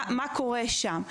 מה קורה שם.